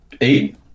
eight